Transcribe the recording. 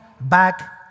back